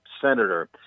senator